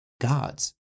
gods